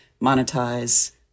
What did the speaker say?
monetize